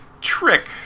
trick